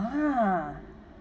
ah